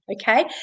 Okay